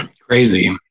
crazy